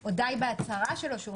או שדי בהצהרה שלו.